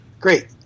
great